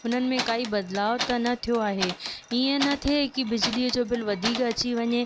हुन में काई बदिलाउ त न थियो आहे ईअं न थिए की बिजलीअ जो बिल वधीक अची वञे